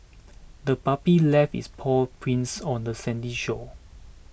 the puppy left its paw prints on the sandy shore